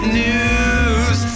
news